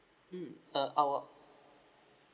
mm uh our